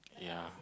yeah